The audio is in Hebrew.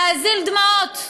להזיל דמעות,